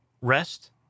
rest